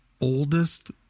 oldest